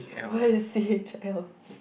what is C_H_L